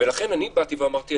ולכן אמרתי: